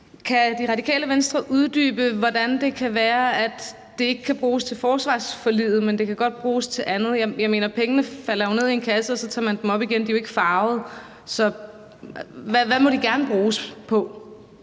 Kan Radikale Venstre uddybe, hvordan det kan være, at det ikke kan bruges til forsvarsforliget, men det godt kan bruges til andet? Jeg mener, pengene falder jo ned i en kasse, og så tager man dem op igen. De er jo ikke farvede. Så hvad må de gerne bruges til?